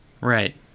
Right